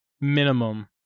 minimum